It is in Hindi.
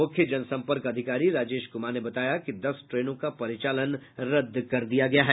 मुख्य जनसम्पर्क अधिकारी राजेश कुमार ने बताया कि दस ट्रेनों का परिचालन रद्द कर दिया गया है